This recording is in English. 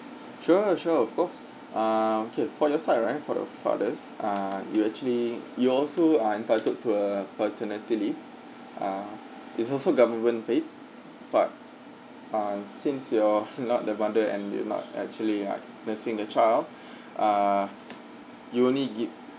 sure sure of course ah okay for your side right for the fathers ah you actually you also are entitled to a paternity leave ah it's also government paid but ah since you're of not the mother and it'll not actually like the single child ah you only ge~